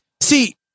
See